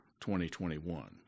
2021